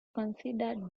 considered